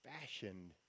fashioned